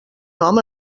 nom